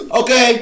okay